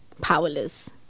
powerless